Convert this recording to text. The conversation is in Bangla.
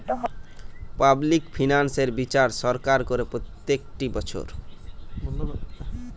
পাবলিক ফিনান্স এর বিচার সরকার করে প্রত্যেকটি বছর